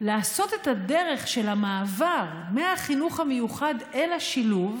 לעשות את הדרך של המעבר מהחינוך המיוחד אל השילוב